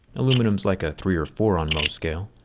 aluminum is like a three or four on mohs scale.